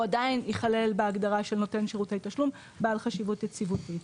והוא עדיין ייכלל בהגדרה של "נותן שירותי תשלום בעל חשיבות יציבותית".